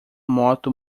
moto